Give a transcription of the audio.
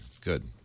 Good